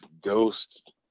ghost